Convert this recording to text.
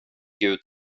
gud